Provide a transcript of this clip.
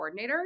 coordinators